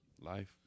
Life